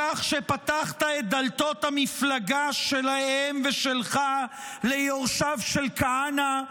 על כך שפתחת את דלתות המפלגה שלהם ושלך ליורשיו של כהנא?